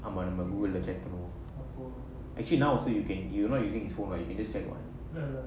ஆமா நம்ம:aama namma mobile check பண்ணுவோம்:pannuvom actually now also you can you not using his phone what you can check what